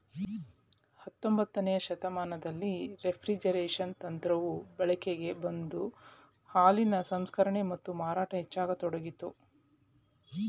ಹತೊಂಬತ್ತನೇ ಶತಮಾನದಲ್ಲಿ ರೆಫ್ರಿಜರೇಷನ್ ತಂತ್ರವು ಬಳಕೆಗೆ ಬಂದು ಹಾಲಿನ ಸಂಸ್ಕರಣೆ ಮತ್ತು ಮಾರಾಟ ಹೆಚ್ಚಾಗತೊಡಗಿತು